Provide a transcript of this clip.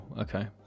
okay